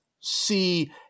see